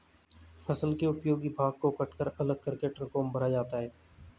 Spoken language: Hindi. फसल के उपयोगी भाग को कटकर अलग करके ट्रकों में भरा जाता है